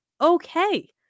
okay